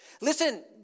Listen